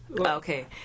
Okay